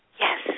Yes